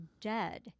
dead